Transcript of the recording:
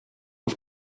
auf